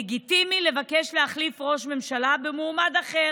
לגיטימי לבקש להחליף ראש ממשלה במועמד אחר,